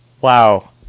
Wow